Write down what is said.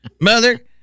Mother